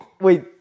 wait